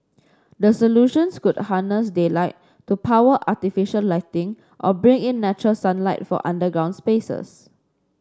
the solutions could harness daylight to power artificial lighting or bring in natural sunlight for underground spaces